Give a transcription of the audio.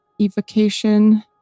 evocation